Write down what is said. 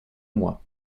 mois